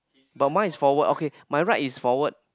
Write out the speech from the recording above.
but mine is forward okay my right is forward